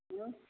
उं